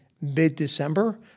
mid-December